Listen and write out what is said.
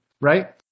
right